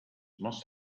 must